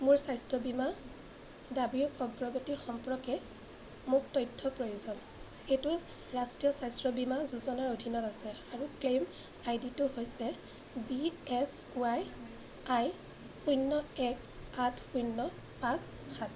মোৰ স্বাস্থ্য বীমা দাবীৰ অগ্ৰগতি সম্পৰ্কে মোক তথ্যৰ প্ৰয়োজন এইটো ৰাষ্ট্ৰীয় স্বাস্থ্য বীমা যোজনাৰ অধীনত আছে আৰু ক্লেইম আইডিটো হৈছে বি এছ ৱাই আই শূন্য এক আঠ শূন্য পাঁচ সাত